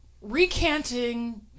recanting